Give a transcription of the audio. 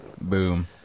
Boom